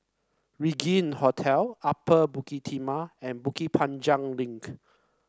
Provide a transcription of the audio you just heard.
Regin Hotel Upper Bukit Timah and Bukit Panjang Link